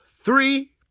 three